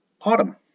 autumn